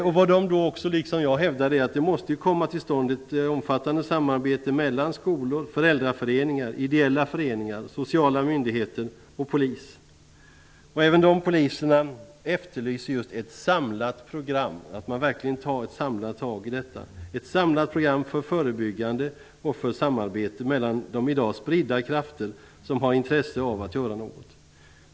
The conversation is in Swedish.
Dessa poliser hävdar i likhet med mig att det måste komma till stånd ett omfattande samarbete mellan skolor, föräldraföreningar, ideella föreningar, sociala myndigheter och polisen. Även nämnda poliser efterlyser just ett samlat program och samlade tag här. Vad som behövs är alltså ett samlat program för förebyggande åtgärder och för ett samarbete mellan de i dag spridda krafter som har intresse av att göra något.